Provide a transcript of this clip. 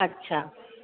अच्छा